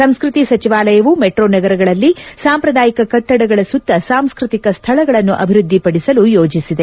ಸಂಸ್ಟತಿ ಸಚಿವಾಲಯವು ಮೆಟ್ರೊ ನಗರಗಳಲ್ಲಿ ಸಾಂಪ್ರದಾಯಿಕ ಕಟ್ಟಡಗಳ ಸುತ್ತ ಸಾಂಸ್ಟತಿಕ ಸ್ಥಳಗಳನ್ನು ಅಭಿವೃದ್ಧಿಪಡಿಸಲು ಯೋಚಿಸಿದೆ